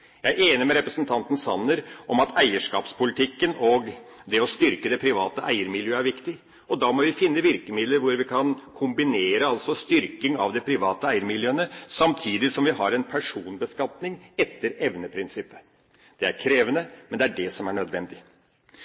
Jeg er enig med representanten Sanner i at eierskapspolitikken og det å styrke det private eiermiljøet er viktig. Da må vi finne virkemidler hvor vi kan kombinere styrking av de private eiermiljøene, samtidig som vi har en personbeskatning: etter-evne-prinsippet. Det er krevende, men det er det som er nødvendig.